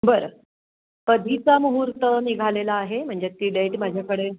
बरं कधीचा मुहूर्त निघालेला आहे म्हणजे ती डेट माझ्याकडे